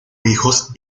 hijos